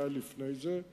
מה היה לפני זה.